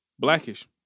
Blackish